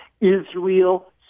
Israel